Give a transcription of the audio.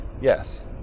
Yes